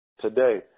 today